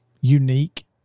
unique